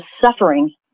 suffering